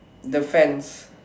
the fence